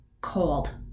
cold